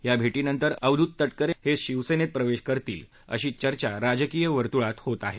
या भेटीनंतर अवधूत तटकरे हे शिवसेनेत प्रवेश करतील अशी चर्चा राजकीय वर्तुळात होते आहे